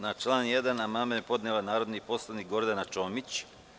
Na član 1. amandman je podnela narodni poslanik Gordana Čomić.